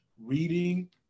reading